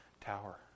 tower